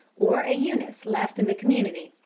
or a eunice left in the community.